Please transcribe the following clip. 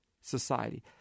society